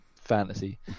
fantasy